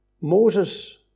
Moses